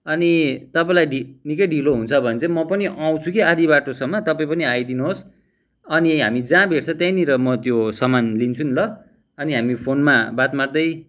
अनि तपाईँलाई ढि निकै ढिलो हुन्छ भने चाहिँ म पनि आउँछु कि आधा बाटोसम्म तपाईँ पनि आइदिनुहोस् अनि हामी जहाँ भेट्छ त्यहीँनिर म त्यो सामान लिन्छु नि ल अनि हामी फोनमा बात मार्दै